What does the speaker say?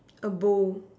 a bow